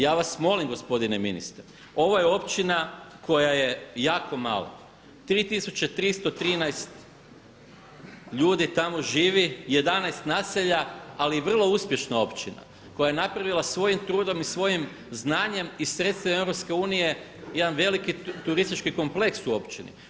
Ja vas molim gospodine ministre, ovo je općina koja je jako mala, 3313 ljudi tamo živi, 11 naselja ali i vrlo uspješna općina koja je napravila svojim trudom i svojim znanjem i sredstvima EU jedan veliki turistički kompleks u općini.